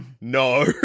No